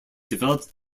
developed